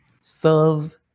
serve